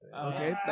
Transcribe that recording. Okay